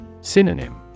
Synonym